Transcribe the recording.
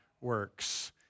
works